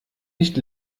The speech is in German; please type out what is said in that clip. nicht